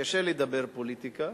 קשה לדבר פוליטיקה